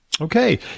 Okay